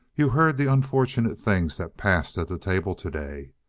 you heard the unfortunate things that passed at the table today.